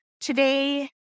Today